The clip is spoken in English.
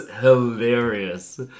hilarious